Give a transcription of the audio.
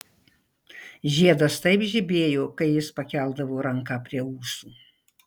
žiedas taip žibėjo kai jis pakeldavo ranką prie ūsų